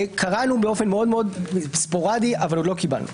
קראנו באופן מאוד ספורדי אבל עוד לא קיבלנו.